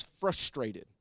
Frustrated